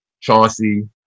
Chauncey